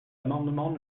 amendement